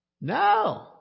No